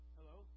Hello